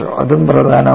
അതും പ്രധാനമാണ്